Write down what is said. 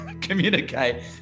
communicate